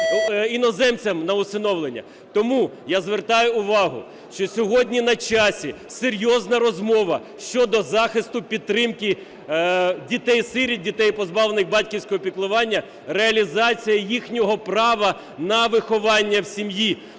іноземцям на усиновлення. Тому я звертаю увагу, що сьогодні на часі серйозна розмова щодо захисту підтримки дітей-сиріт, дітей, позбавлених батьківського піклування, реалізація їхнього права на виховання в сім'ї.